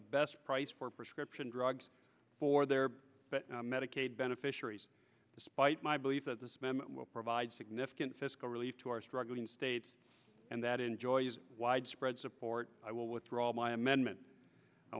the best price for prescription drugs for their medicaid beneficiaries despite my belief that this memo will provide significant fiscal relief to our struggling states and that enjoys widespread support i will withdraw my amendment i